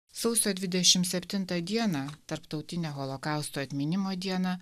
sausio dvidešimt septintą dieną tarptautinę holokausto atminimo dieną